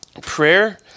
prayer